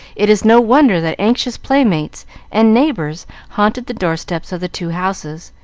it is no wonder that anxious playmates and neighbors haunted the doorsteps of the two houses,